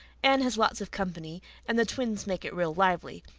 anne has lots of company and the twins make it real lively.